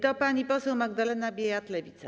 To pani poseł Magdalena Biejat, Lewica.